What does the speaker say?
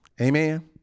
Amen